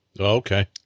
Okay